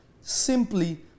simply